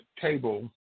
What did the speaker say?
table